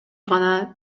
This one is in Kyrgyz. гана